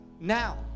Now